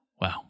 Wow